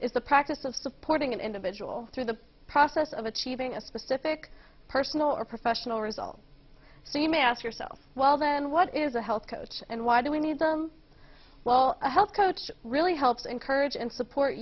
is the practice of supporting an individual through the process of achieving a specific personal or professional result so you may ask yourself well then what is a health coach and why do we need them well a health coach really helps encourage and support